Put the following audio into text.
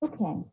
Okay